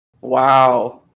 Wow